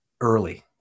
early